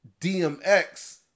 DMX